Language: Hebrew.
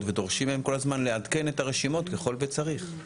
ודורשים מהם כל הזמן לעדכן את הרשימות ככל וצריך.